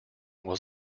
was